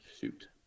shoot